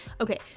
Okay